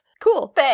Cool